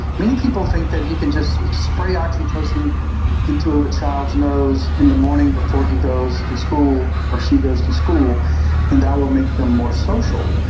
many people think that you can just spray oxytocin into a child's nose in the morning before he goes to school or she goes to school and that will make them more social.